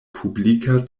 publika